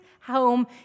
home